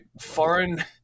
foreign